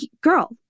girl